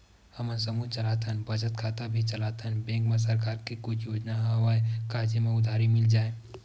हमन समूह चलाथन बचत खाता भी चलाथन बैंक मा सरकार के कुछ योजना हवय का जेमा उधारी मिल जाय?